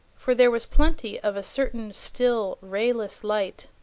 for there was plenty of a certain still rayless light.